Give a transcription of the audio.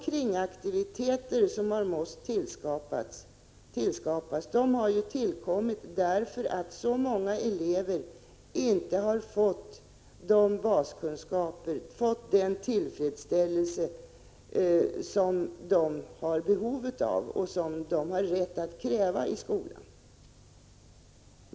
Kringaktiviteter har ju måst tillskapas därför att så många elever inte har fått de baskunskaper och den tillfredsställelse som de har behov av och har rätt att kräva i skolan.